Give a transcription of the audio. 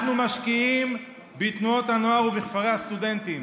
אנחנו משקיעים בתנועות הנוער ובכפרי הסטודנטים,